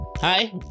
Hi